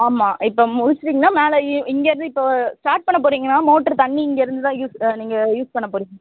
ஆமாம் இப்போ முடிச்சிட்டிங்கன்னா மேலே இ இங்கேருந்து இப்போது ஸ்டார்ட் பண்ண போறிங்கன்னால் மோட்ரு தண்ணி இங்கேருந்துதான் யூஸ் ஆ நீங்கள் யூஸ் பண்ணப்போறீங்க